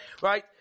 right